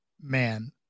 man